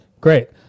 Great